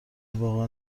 واقعا